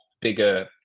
bigger